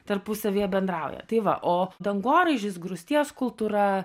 tarpusavyje bendrauja tai va o dangoraižis grūsties kultūra